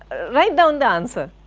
write down the answer,